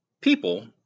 people